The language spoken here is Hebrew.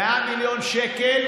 100 מיליון שקל,